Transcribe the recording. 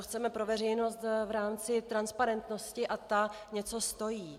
Chceme to pro veřejnost v rámci transparentnosti a ta něco stojí.